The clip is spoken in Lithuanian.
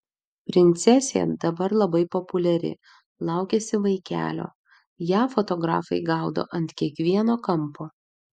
princesė dabar labai populiari laukiasi vaikelio ją fotografai gaudo ant kiekvieno kampo